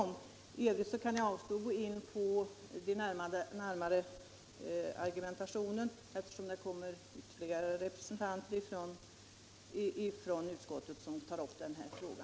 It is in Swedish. Men jag kan avstå från ytterligare argumentation, eftersom andra representanter från utskottet kommer att beröra denna fråga.